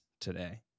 today